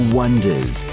wonders